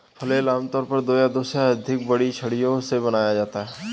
flail आमतौर पर दो या दो से अधिक बड़ी छड़ियों से बनाया जाता है